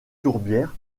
tourbières